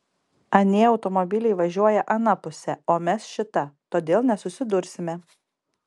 anie automobiliai važiuoja ana puse o mes šita todėl nesusidursime